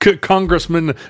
Congressman